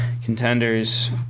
contenders